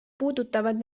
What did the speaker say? puudutavad